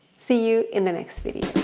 see you in the next video.